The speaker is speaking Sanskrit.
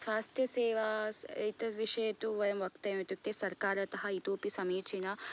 स्वास्थ्यसेवा इति एतद्विषये तु वयं वक्तव्यं इत्युक्ते सर्वकारतः इतोऽपि समिचिनः